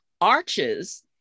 Arches